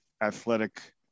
athletic